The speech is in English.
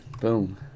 boom